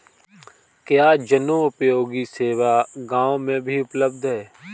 क्या जनोपयोगी सेवा गाँव में भी उपलब्ध है?